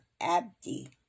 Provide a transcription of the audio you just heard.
Abdi